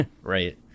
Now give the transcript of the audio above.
Right